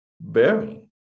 bearing